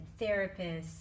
therapists